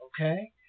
Okay